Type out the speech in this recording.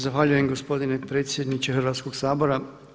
Zahvaljujem gospodine predsjedniče Hrvatskoga sabora.